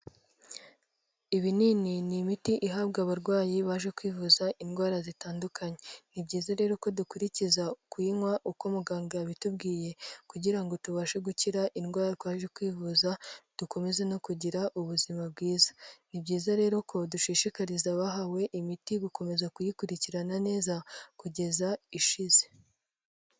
Ibinini ni imiti ihabwa abarwayi baje kwivuza indwara zitandukanye. Ni byiza rero ko dukurikiza kuyinywa uko muganga yabitubwiye kugira ngo tubashe gukira indwara twaje kwivuza dukomeze no kugira ubuzima bwiza. Ni byiza rero ko dushishikariza abahawe imiti gukomeza kuyikurikirana neza kugeza ishize.